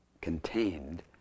contained